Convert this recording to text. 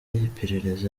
iperereza